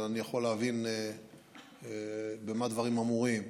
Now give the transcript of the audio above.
אבל אני יכול להבין במה דברים אמורים.